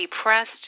depressed